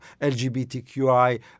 LGBTQI